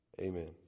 Amen